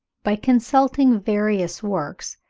by consulting various works,